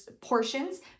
portions